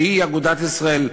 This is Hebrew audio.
שהיא אגודת ישראל,